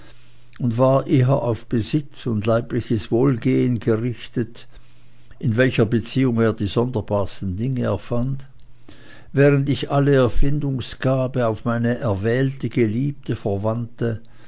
und war eher auf besitz und leibliches wohlsein gerichtet in welcher beziehung er die sonderbarsten dinge erfand während ich alle erfindungsgabe auf meine erwählte geliebte verwandte